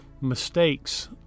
mistakes